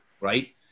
Right